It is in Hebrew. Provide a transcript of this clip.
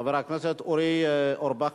חבר הכנסת אורי אורבך.